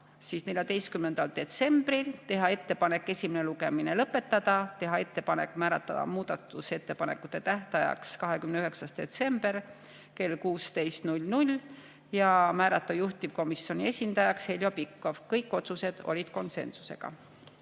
14. detsembril, teha ettepanek esimene lugemine lõpetada, teha ettepanek määrata muudatusettepanekute tähtajaks 29. detsember kell 16 ja määrata juhtivkomisjoni esindajaks Heljo Pikhof. Kõik otsused olid konsensusega.